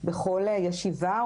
בכל ישיבה,